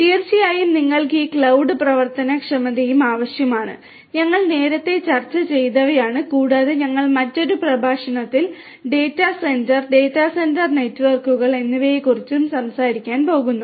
തീർച്ചയായും നിങ്ങൾക്ക് ഈ ക്ലൌഡ് പ്രവർത്തനക്ഷമതയും ആവശ്യമാണ് ഞങ്ങൾ നേരത്തെ ചർച്ച ചെയ്തവയാണ് കൂടാതെ ഞങ്ങൾ മറ്റൊരു പ്രഭാഷണത്തിൽ ഡാറ്റാ സെന്റർ ഡാറ്റാ സെന്റർ നെറ്റ്വർക്കുകൾ എന്നിവയെക്കുറിച്ചും സംസാരിക്കാൻ പോകുന്നു